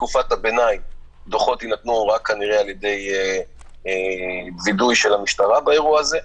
בתקופת הביניים דוחות יינתנו רק על ידי וידוא של המשטרה באירוע הזה.